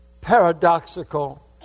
paradoxical